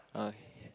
okay